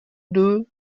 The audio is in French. deux